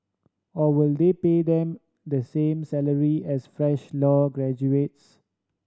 or will they pay them the same salary as fresh law graduates